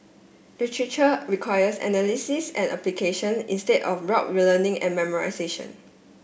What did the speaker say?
literature requires analysis and application instead of rote learning and memorisation